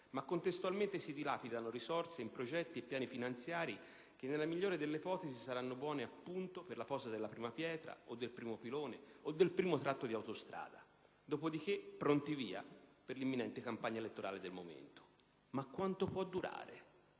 ma contestualmente si dilapidano risorse in progetti e piani finanziari che, nella migliore delle ipotesi, saranno buoni appunto per la posa della prima pietra, del primo pilone o del primo tratto di autostrada; dopodiché, pronti e via per l'imminente campagna elettorale del momento. Ma quanto può durare